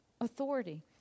authority